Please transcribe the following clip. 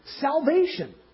salvation